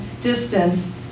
distance